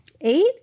Eight